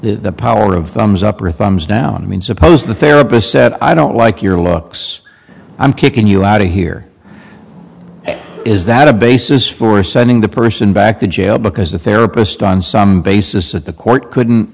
the power of thumbs up or thumbs down i mean suppose the therapist said i don't like your looks i'm kicking you out here is that a basis for sending the person back to jail because the therapist on some basis that the court couldn't